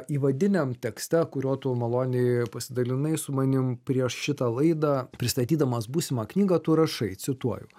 įvadiniam tekste kuriuo tu maloniai pasidalinai su manim prieš šitą laidą pristatydamas būsimą knygą tu rašai cituoju